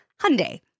Hyundai